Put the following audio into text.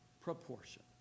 proportion